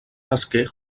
nasqué